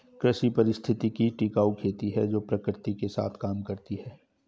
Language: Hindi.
कृषि पारिस्थितिकी टिकाऊ खेती है जो प्रकृति के साथ काम करती है